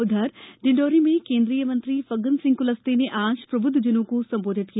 उधर डिण्डोरी में केन्द्रीय मंत्री फग्गन सिंह कुलस्ते ने आज प्रबुद्धजनों को संबोधित किया